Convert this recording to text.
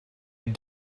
had